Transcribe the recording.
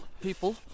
people